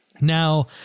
Now